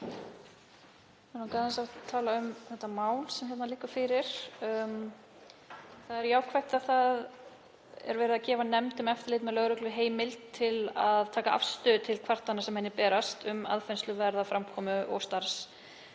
aðeins að tala um það mál sem hér liggur fyrir. Það er jákvætt að það er verið að gefa nefnd um eftirlit með lögreglu heimild til að taka afstöðu til kvartana sem henni berast um aðfinnsluverða framkomu og